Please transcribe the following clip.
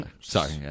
Sorry